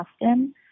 Austin